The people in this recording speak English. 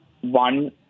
one